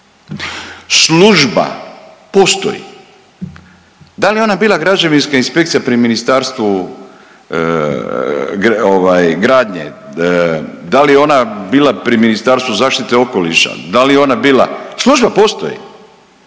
služba postoji. Da li ona bila građevinska inspekcija pri ministarstvu ovaj gradnje, da li ona bila pri Ministarstvu zaštite okoliša, da li ona bila, služba postoji.